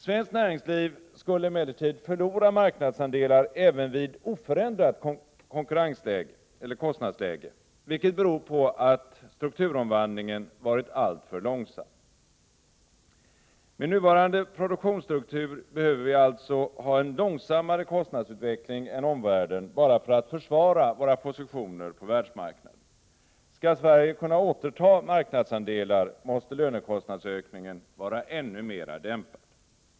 Svenskt näringsliv skulle emellertid förlora marknadsandelar även vid oförändrat kostnadsläge, vilket beror på att strukturomvandlingen varit alltför långsam. Med nuvarande produktionsstruktur behöver vi alltså ha en långsammare kostnadsutveckling än omvärlden bara för att försvara våra positioner på världsmarknaden. Skall Sverige kunna återta marknadsandelar, måste lönekostnadsökningen vara ännu mera dämpad.